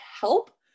help